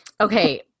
Okay